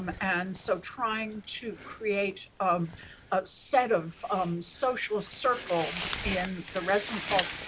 um and so trying to create um a set of social circles in the residence halls.